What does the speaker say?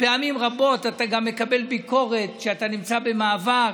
פעמים רבות אתה גם מקבל ביקורת כשאתה נמצא במאבק,